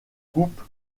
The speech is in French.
coupe